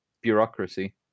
bureaucracy